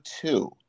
two